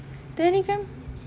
telegram